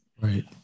Right